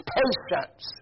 patience